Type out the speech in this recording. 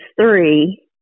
three